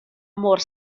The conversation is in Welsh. mor